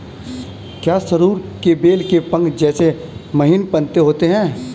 क्या सरु के बेल के पंख जैसे महीन पत्ते होते हैं?